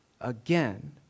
again